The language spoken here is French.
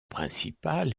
principal